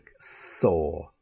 saw